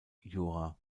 jura